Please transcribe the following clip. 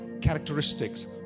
characteristics